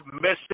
missing